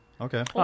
okay